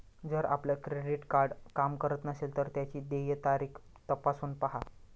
जर आपलं credit card काम करत नसेल तर त्याची देय तारीख तपासून पाहा